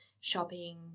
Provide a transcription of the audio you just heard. shopping